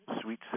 Sweet